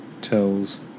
tells